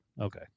Okay